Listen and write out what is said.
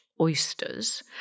oysters